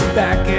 back